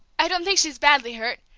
i don't think she's badly hurt!